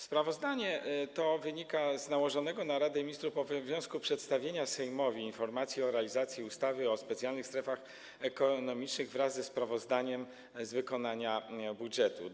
Sprawozdanie to wynika z nałożonego na Radę Ministrów obowiązku przedstawiania Sejmowi informacji o realizacji ustawy o specjalnych strefach ekonomicznych wraz ze sprawozdaniem z wykonania budżetu.